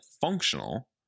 functional